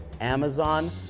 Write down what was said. Amazon